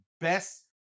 best